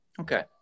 okay